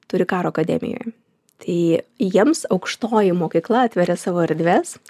turi karo akademijoj tai jiems aukštoji mokykla atveria savo erdves